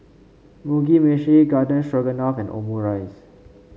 Mugi Meshi Garden Stroganoff and Omurice